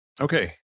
Okay